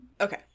Okay